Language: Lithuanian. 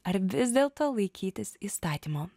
ar vis dėlto laikytis įstatymo